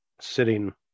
sitting